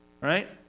right